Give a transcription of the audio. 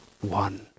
one